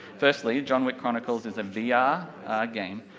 firstly, john wick chronicles is a vrr yeah game,